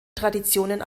traditionen